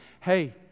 Hey